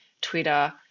Twitter